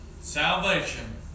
Salvation